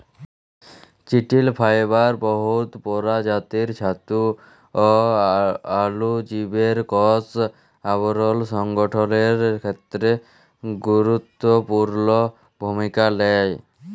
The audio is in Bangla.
চিটিল ফাইবার বহুত পরজাতির ছাতু অ অলুজীবের কষ আবরল সংগঠলের খ্যেত্রে গুরুত্তপুর্ল ভূমিকা লেই